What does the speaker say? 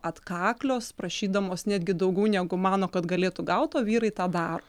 atkaklios prašydamos netgi daugau negu mano kad galėtų gaut o vyrai tą daro